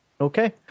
Okay